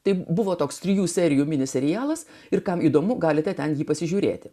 tai buvo toks trijų serijų mini serialas ir kam įdomu galite ten jį pasižiūrėti